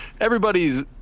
everybody's